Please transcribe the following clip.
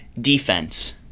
defense